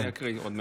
אני אקריא עוד מעט.